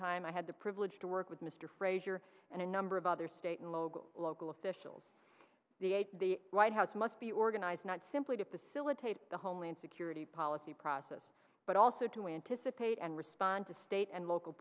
time i had the privilege to work with mr frazier and a number of other state and local local officials the white house must be organized not simply to facilitate the homeland security policy process but also to anticipate and respond to state and local